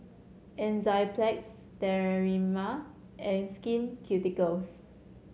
Enzyplex Sterimar and Skin Ceuticals